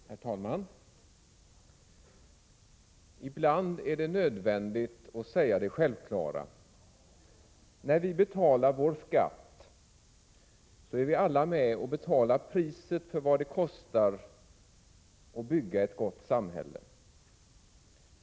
Herr talman! Ibland är det nödvändigt att säga det självklara. När vi betalar vår skatt är vi alla med och betalar priset för vad det kostar att bygga ett gott samhälle.